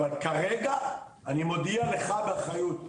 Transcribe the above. כרגע אני מודיע לך באחריות,